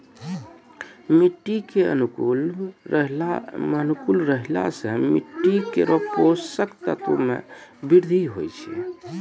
मिट्टी अनुकूल रहला सँ मिट्टी केरो पोसक तत्व म वृद्धि होय छै